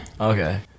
Okay